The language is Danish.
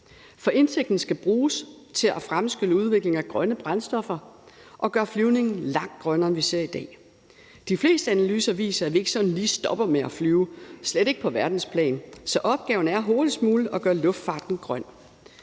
For indtægten skal bruges til at fremskynde udvikling af grønne brændstoffer og gøre flyvningen langt grønnere, end vi ser i dag. De fleste analyser viser, at vi ikke sådan lige stopper med at flyve, slet ikke på verdensplan, så opgaven er hurtigst muligt at gøre luftfarten grøn.